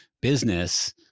business